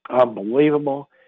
unbelievable